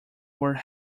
were